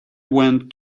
went